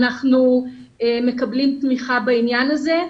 אנחנו מקבלים תמיכה בעניין הזה.